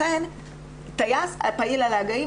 לכן טייס הפעיל על ההגאים,